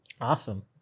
Awesome